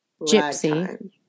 Gypsy